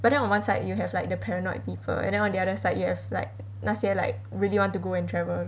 but then on one side you have like the paranoid people and then on the other side you have like 那些 like really want to go and travel